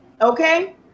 okay